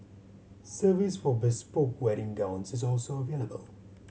service for bespoke wedding gowns is also available